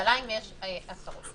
בירושלים יש עשרות.